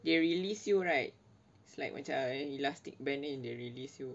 they release you right it's like macam eh elastic banner in the release you